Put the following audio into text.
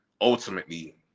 ultimately